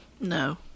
No